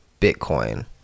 Bitcoin